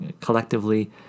collectively